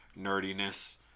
nerdiness